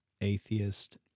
atheist